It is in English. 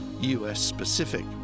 US-specific